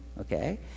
Okay